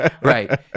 Right